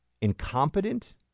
incompetent